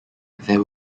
there